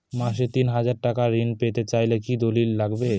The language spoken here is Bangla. মাসে তিন হাজার টাকা ঋণ পেতে চাইলে কি দলিল লাগবে?